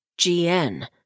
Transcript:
GN